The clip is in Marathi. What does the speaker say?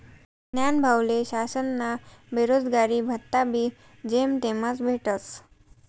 न्हानभाऊले शासनना बेरोजगारी भत्ताबी जेमतेमच भेटस